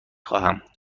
خواهم